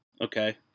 Okay